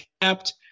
kept